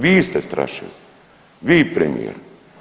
Vi ste strašivi, vi premijeru.